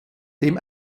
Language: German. dem